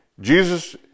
Jesus